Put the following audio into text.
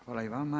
Hvala i vama.